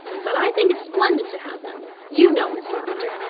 but i think it's splendid to have them. you know, miss lavendar.